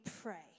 pray